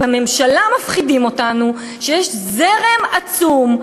בממשלה מפחידים אותנו שיש זרם עצום,